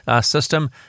system